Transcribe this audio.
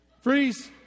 Freeze